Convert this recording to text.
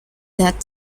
that